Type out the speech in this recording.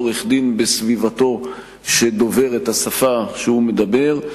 עורך-דין בסביבתו שדובר את השפה שהוא מדבר,